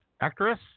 actress